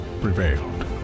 prevailed